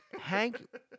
Hank